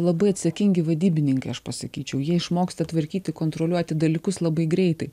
labai atsakingi vadybininkai aš pasakyčiau jie išmoksta tvarkyti kontroliuoti dalykus labai greitai